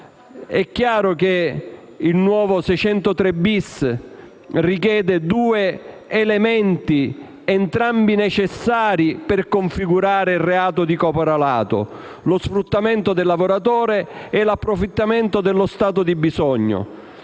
richiede che vi siano due elementi, entrambi necessari, per configurare il reato di caporalato: lo sfruttamento del lavoratore e l'approfittarsi dello stato di bisogno.